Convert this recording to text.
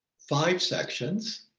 five sections,